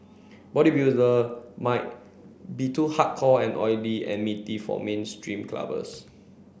bodybuilder might be too hardcore and oily and meaty for mainstream clubbers